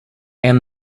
and